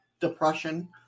depression